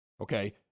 Okay